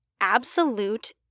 absolute